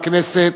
בכנסת,